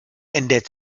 ändert